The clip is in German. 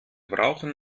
brauchen